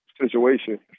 situation